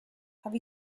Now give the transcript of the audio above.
have